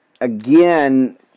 again